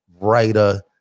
writer